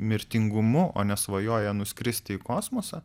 mirtingumu o nesvajoja nuskristi į kosmosą